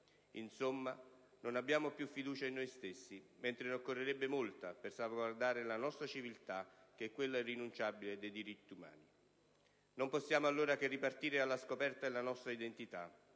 Insomma non abbiamo più fiducia in noi stessi, mentre ne occorrerebbe molta per salvaguardare la nostra civiltà che è quella irrinunciabile dei diritti umani» Non possiamo allora che ripartire dalla riscoperta della nostra identità,